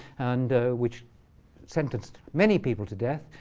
and which sentenced many people to death.